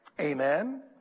Amen